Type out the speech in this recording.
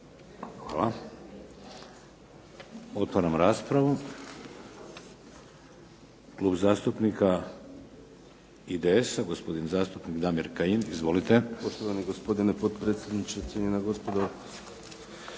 Hvala. Otvaram raspravu. Klub zastupnika IDS-a, gospodin zastupnik Damir Kajin. Izvolite. **Kajin, Damir (IDS)** Poštovani gospodine potpredsjedniče. Cijenjena gospodo